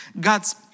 God's